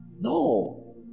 No